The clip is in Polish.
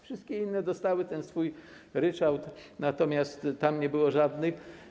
Wszystkie inne dostały ten swój ryczałt, natomiast tam nie było żadnych.